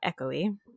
echoey